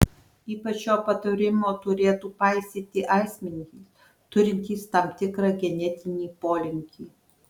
ypač šio patarimo turėtų paisyti asmenys turintys tam tikrą genetinį polinkį